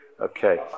okay